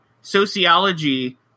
sociology